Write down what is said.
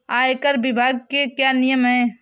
आयकर विभाग के क्या नियम हैं?